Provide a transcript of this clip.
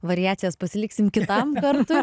variacijas pasiliksim kitam kartui